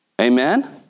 Amen